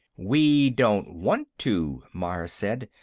we don't want to, myers said.